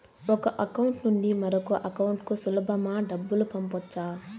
ఒక అకౌంట్ నుండి మరొక అకౌంట్ కు సులభమా డబ్బులు పంపొచ్చా